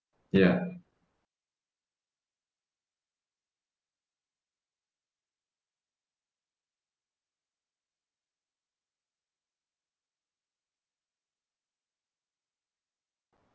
ya